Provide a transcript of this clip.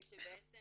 שבעצם